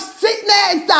sickness